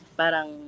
parang